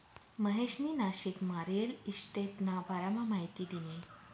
महेशनी नाशिकमा रिअल इशटेटना बारामा माहिती दिनी